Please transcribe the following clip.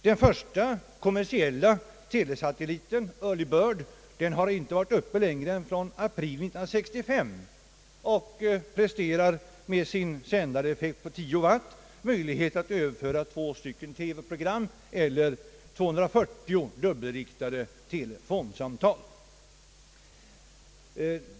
Den första kommersiella telesatelliten Early Bird har inte varit uppe längre än från april 1965 men ger med sin sändareffekt på 10 W möjlighet att överföra två TV-program eller 240 dubbelriktade telefonsamtal.